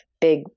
big